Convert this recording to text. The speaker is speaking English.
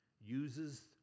uses